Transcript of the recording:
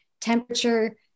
temperature